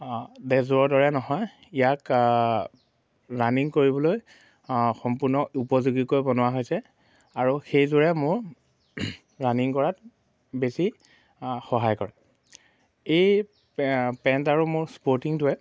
ড্ৰেছযোৰ দৰে নহয় ইয়াক ৰানিং কৰিবলৈ সম্পূৰ্ণ উপযোগীকৈ বনোৱা হৈছে আৰু সেইযোৰে মোৰ ৰানিং কৰাত বেছি সহায় কৰে এই পেণ্ট আৰু মোৰ স্পৰ্টিংটোৱে